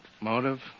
motive